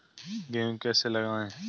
गेहूँ कैसे लगाएँ?